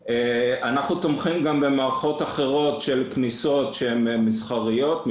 בעוד שאנחנו תומכים גם במערכות אחרות של כניסות שהן מסחריות.